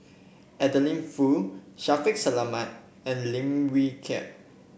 Adeline Foo Shaffiq Selamat and Lim Wee Kiak